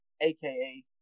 aka